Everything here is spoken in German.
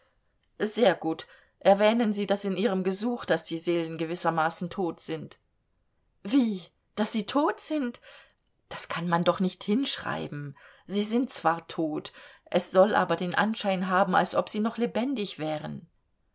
sehr gut erwähnen sie das in ihrem gesuch daß die seelen gewissermaßen tot sind wie daß sie tot sind das kann man doch nicht hinschreiben sie sind zwar tot es soll aber den anschein haben als ob sie noch lebendig wären